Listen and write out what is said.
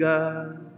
God